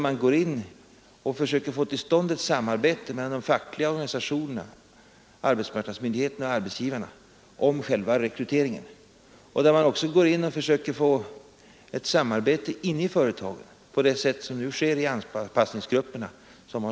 Man försöker där få till stånd ett samarbete mellan de fackliga organisationerna, arbetsmarknadsmyndigheterna och arbetsgivarna om själva rekryteringen, och man försöker också få ett samarbete inne i företagen på det sätt som nu sker i anpassningsgrupperna.